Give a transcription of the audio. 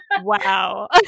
Wow